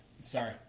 Sorry